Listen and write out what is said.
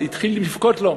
התחיל לבכות לו,